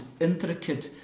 intricate